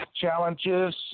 challenges